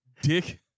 dick